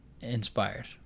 inspired